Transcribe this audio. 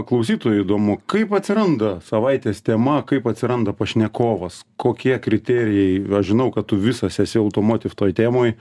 klausytojui įdomu kaip atsiranda savaitės tema kaip atsiranda pašnekovas kokie kriterijai aš žinau kad tu visas esi automotiv toj temoj